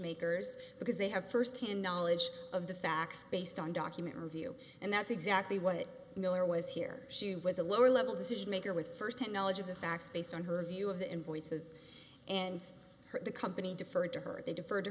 makers because they have first hand knowledge of the facts based on document review and that's exactly what miller was here she was a lower level decision maker with firsthand knowledge of the facts based on her view of the invoices and the company deferred to her